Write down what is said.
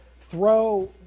throw